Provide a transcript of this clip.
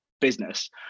business